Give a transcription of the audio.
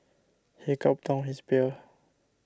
he gulped down his beer